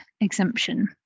exemption